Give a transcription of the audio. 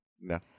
No